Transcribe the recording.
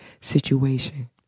situation